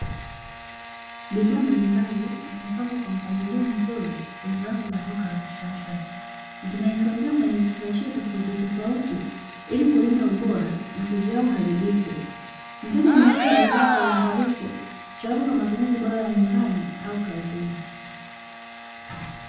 Bidhaa mbalimbali zimepangwa kwa mpangilio mzuri kwenye rafu za duka la kisasa, zimehifadhiwa kwenye vifungashio tofautitofauti, ili kulinda ubora na kuzuia uharibifu, mteja ameshika bidhaa kwa uangalifu tayari kwa matumizi bora ya nyumbani au kazini.